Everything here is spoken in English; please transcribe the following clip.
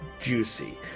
Juicy